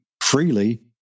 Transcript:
freely